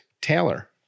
Taylor